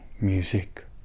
music